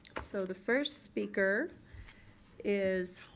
so the first speaker is